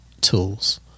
tools